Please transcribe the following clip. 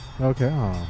Okay